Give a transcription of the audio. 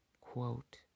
quote